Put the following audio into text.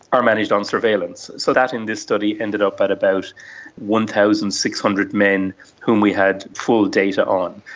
are managed on surveillance, so that in this study ended up at about one thousand six hundred men whom we had full data on.